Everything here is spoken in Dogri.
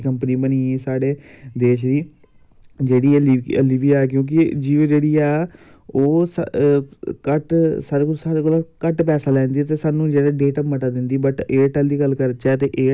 एह्दे च बड़ा ओह् ऐ एह्दी बड़ी खुशी होंदी ऐ स्हानू बी बड़ी खुशी हंदी ऐ जिल्लै अस खेलने होने बड़ा मन बड़ा मज़ा आंदा जिल्लै खेलने होने हून बी अस कालेज़ आए दे आं असें खेल्लन गै मैक्सिमम अस दिक्खां खेल्लन गै आए दे आं